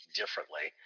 differently